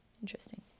Interesting